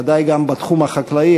ודאי גם בתחום החקלאי,